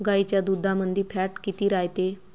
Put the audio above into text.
गाईच्या दुधामंदी फॅट किती रायते?